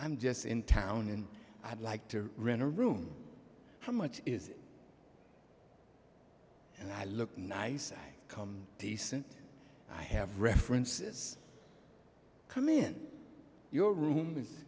i'm just in town and i'd like to rent a room from which is it and i look nice i come decent i have references come in your room is